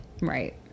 Right